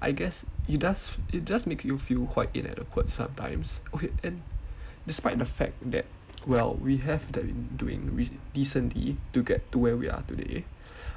I guess it does it does make you feel quite inadequate sometimes okay and despite the fact that well we have then been doing decently to get to where we are today